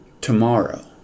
tomorrow